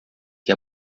que